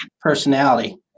personality